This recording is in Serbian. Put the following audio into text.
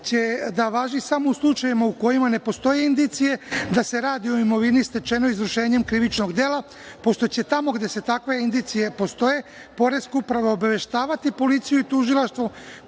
će da važi samo u slučajevima u kojima ne postoji indicije da se radi o imovini stečenoj izvršenjem krivičnog dela, pošto će tamo gde takve indicije, Poreska uprava obaveštavati policiju i tužilaštvo